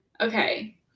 okay